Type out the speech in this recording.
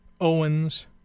Owens